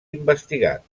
investigat